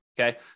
Okay